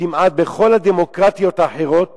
כמעט בכל הדמוקרטיות האחרות